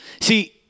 See